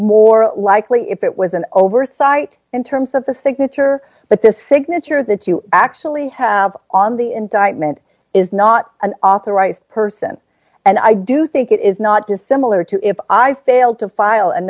more likely if it was an oversight in terms of the signature but the signature that you actually have on the indictment is not an authorized person and i do think it is not dissimilar to if i failed to file a